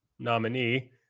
nominee